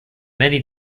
many